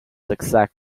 exact